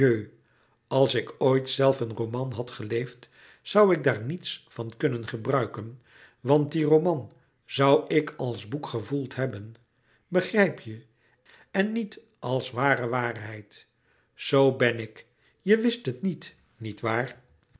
als ik ooit zelf een roman had geleefd zoû ik daar niets van kunnen gebruiken want die roman zoû ik als boek gevoeld hebben begrijp je en niet als ware waarheid zoo ben ik je wist het niet niet waar